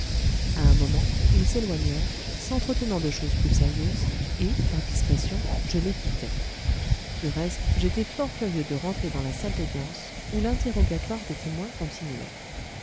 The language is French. à un moment ils s'éloignèrent s'entretenant de choses plus sérieuses et par discrétion je les quittai du reste j'étais fort curieux de rentrer dans la salle d'audience où l'interrogatoire des témoins continuait